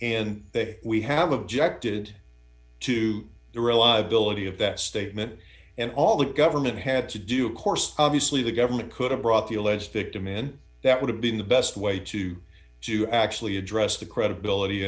and we have objected to the reliability of that statement and all the government had to do of course obviously the government could have brought the alleged victim in that would have been the best way to to actually address the credibility